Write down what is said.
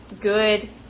good